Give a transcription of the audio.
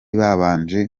babanje